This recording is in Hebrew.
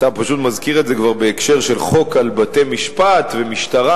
אתה פשוט מזכיר את זה כבר בהקשר של חוק על בתי-משפט ומשטרה.